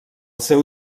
seu